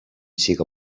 siga